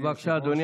אדוני